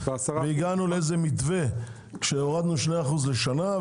והגענו למתווה שבו הורדנו 2% לשנה,